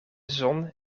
zon